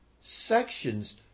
sections